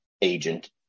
agent